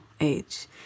Age